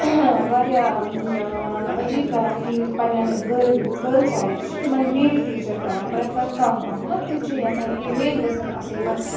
وارِیاہ عجیٖب کَران فیٖل پَنٛنٮ۪ن گٔل یِم گٔل چایلڈٕ چھِ تِمَن میل ٹیٖچَر کَران پرٮ۪فَر کَم پَہمَتھ تِم چھِنہٕ یَژھان کہِ میل گَژھن آسٕنۍ یِمَن